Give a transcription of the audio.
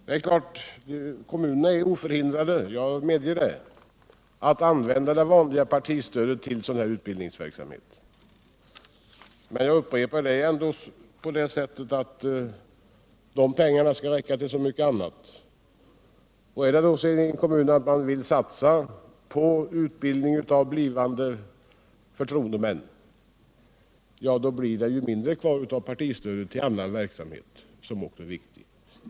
Det är klart att kommunerna är oförhindrade att använda det vanliga partistödet till utbildningsverksamhet — jag medger det — men jag upprepar: De pengarna skall räcka till så mycket annat. Och vill man i en kommun satsa på utbildning av blivande förtroendemän, då blir det mindre kvar av partistödet till annan verksamhet, som också är viktig.